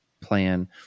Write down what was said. plan